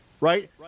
right